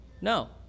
No